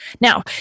Now